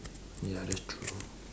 ya that's true